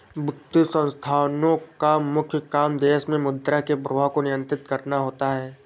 वित्तीय संस्थानोँ का मुख्य काम देश मे मुद्रा के प्रवाह को नियंत्रित करना होता है